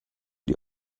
die